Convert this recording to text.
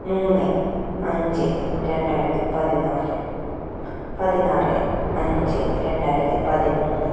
മൂന്ന് അഞ്ച് രണ്ടായിരത്തി പതിനാല് പതിനാറ് അഞ്ച് രണ്ടായിരത്തി പതിമൂന്ന്